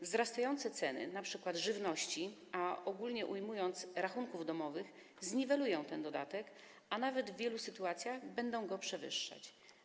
Wzrastające ceny, np. żywności, ogólnie ujmując, rachunków domowych, zniwelują ten dodatek, a nawet w wielu sytuacjach będą go przewyższać.